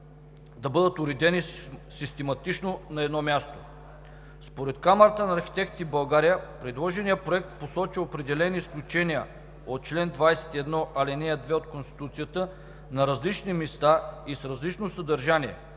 да бъдат уредени систематично на едно място. Според Камарата на архитектите в България предложеният проект посочва определени изключения от чл. 21, ал. 2 от Конституцията на различни места и с различно съдържание,